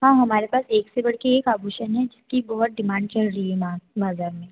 हाँ हमारे पास एक से बढ़ के एक आभूषण हैं जिसकी बहुत डिमांड चल रही है मैम बाज़ार में